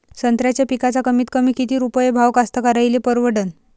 संत्र्याचा पिकाचा कमीतकमी किती रुपये भाव कास्तकाराइले परवडन?